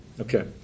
okay